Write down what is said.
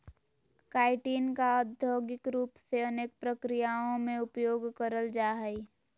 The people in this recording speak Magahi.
काइटिन का औद्योगिक रूप से अनेक प्रक्रियाओं में उपयोग करल जा हइ